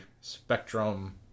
spectrum